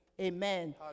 Amen